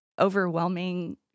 overwhelming